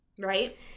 Right